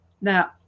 Now